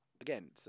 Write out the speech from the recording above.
again